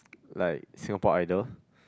like Singapore Idol